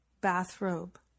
bathrobe